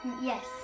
Yes